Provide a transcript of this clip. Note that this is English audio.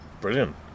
Brilliant